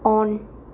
on